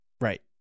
Right